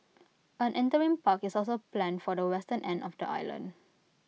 an interim park is also planned for the western end of the island